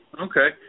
Okay